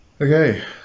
Okay